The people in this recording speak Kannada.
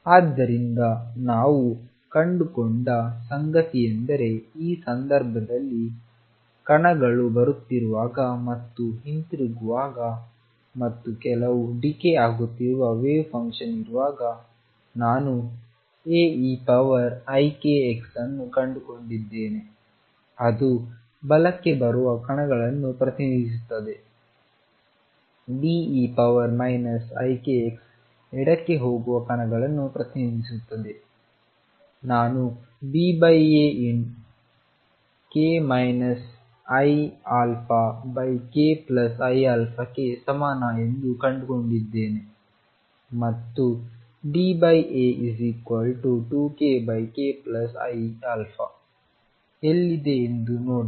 ಆದ್ದರಿಂದ ನಾವು ಕಂಡುಕೊಂಡ ಸಂಗತಿಯೆಂದರೆ ಈ ಸಂದರ್ಭದಲ್ಲಿ ಕಣಗಳು ಬರುತ್ತಿರುವಾಗ ಮತ್ತು ಹಿಂತಿರುಗುವಾಗ ಮತ್ತು ಕೆಲವು ಡಿಕೆ ಆಗುತ್ತಿರುವ ವೇವ್ ಫಂಕ್ಷನ್ ಇರುವಾಗ ನಾನು Aeikx ಅನ್ನು ಕಂಡುಕೊಂಡಿದ್ದೇನೆ ಅದು ಬಲಕ್ಕೆ ಬರುವ ಕಣಗಳನ್ನು ಪ್ರತಿನಿಧಿಸುತ್ತದೆ Be ikx ಎಡಕ್ಕೆ ಹೋಗುವ ಕಣಗಳನ್ನು ಪ್ರತಿನಿಧಿಸುತ್ತದೆ ನಾನು BA k iαkiα ಗೆ ಸಮಾನ ಎಂದು ಕಂಡುಕೊಂಡಿದ್ದೇನೆ ಮತ್ತುDA2kkiαಎಲ್ಲಿದೆ ಎಂದು ನೋಡಲು